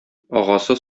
агасы